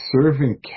serving